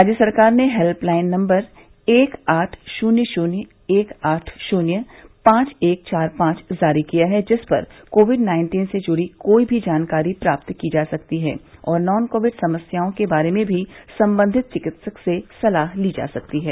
राज्य सरकार ने हेल्पलाइन नंबर एक आठ शुन्य एक आठ शुन्य पांच एक चार पांच जारी किया है जिस पर कोविड नाइन्टीन से जुड़ी कोई भी जानकारी प्राप्त की जा सकती है और नॉन कोविड समस्याओं के बारे में भी संबंधित चिकित्सक से सलाह ली जा सकती है